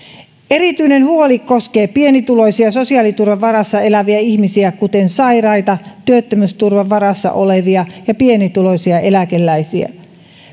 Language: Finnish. erityinen huoli koskee pienituloisia sosiaaliturvan varassa eläviä ihmisiä kuten sairaita työttömyysturvan varassa olevia ja pienituloisia eläkeläisiä